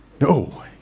No